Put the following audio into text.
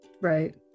right